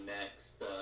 next